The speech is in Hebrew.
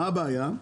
מה הבעיה?